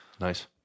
nice